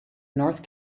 north